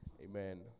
Amen